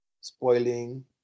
spoiling